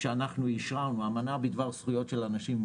שאנחנו אישרנו בדבר זכויות של אנשים עם